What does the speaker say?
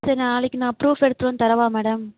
சரி நாளைக்கு நான் ப்ரூஃப் எடுத்துகிட்டு வந்து தரவா மேடம்